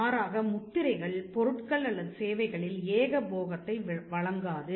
மாறாக முத்திரைகள் பொருட்கள் அல்லது சேவைகளில் ஏகபோகத்தை வழங்காது